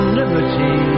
liberty